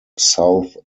south